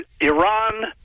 Iran